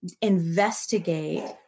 investigate